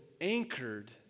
anchored